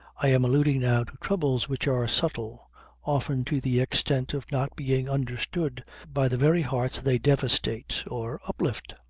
i am alluding now to troubles which are subtle often to the extent of not being understood by the very hearts they devastate or uplift.